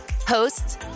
Hosts